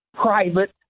private